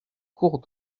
cours